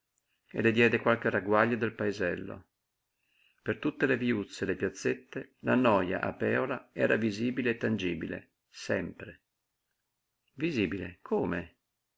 e le diede qualche ragguaglio del paesello per tutte le viuzze e le piazzette la noja a pèola era visibile e tangibile sempre visibile come